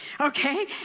okay